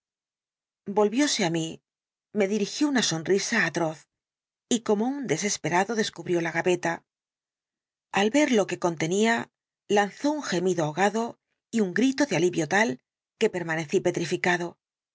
volvióse á mí me dirigió una sonrisa atroz y como un desesperado descubrió la relación del dr lanyón gaveta al ver lo que contenía lanzó un gemido ahogado y un grito de alivio tal que permanecí petrificado